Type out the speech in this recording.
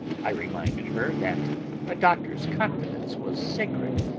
i reminded her that a doctor's confidence was sacred,